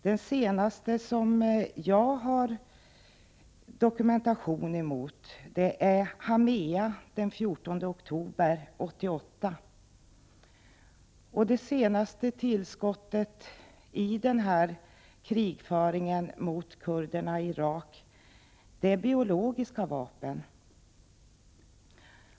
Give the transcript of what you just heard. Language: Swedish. Det senaste som jag har dokumentation på är bombningar i Hamea den 14 oktober 1988. Det allra senaste tillskottet i den här krigföringen mot kurderna i Irak är biologiska vapen.